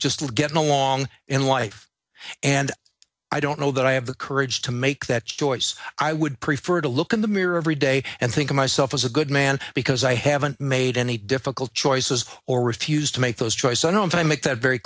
just getting along in life and i don't know that i have the courage to make that choice i would prefer to look in the mirror every day and think of myself as a good man because i haven't made any difficult choices or refused to make those choices i don't find make that very